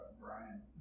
Brian